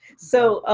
so,